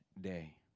day